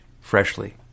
freshly